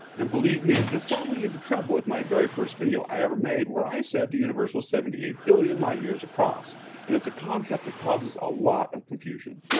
and believe me this got me into trouble with my first video i ever made where i said the universe was seventy eight billion light years across and it's a concept that causes a lot of confusion.